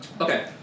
Okay